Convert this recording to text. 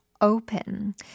open